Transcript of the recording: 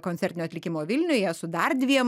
koncertinio atlikimo vilniuje su dar dviem